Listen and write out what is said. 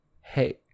Hey